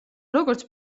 როგორც